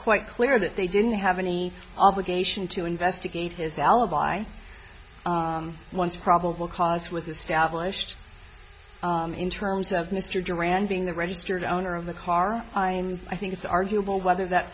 quite clear that they didn't have any obligation to investigate his alibi once probable cause was established in terms of mr duran being the registered owner of the car i mean i think it's arguable whether that